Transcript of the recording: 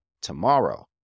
tomorrow